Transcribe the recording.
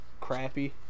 crappy